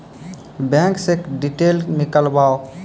Bank से detail नीकालव?